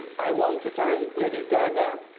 i want to thank lady gaga,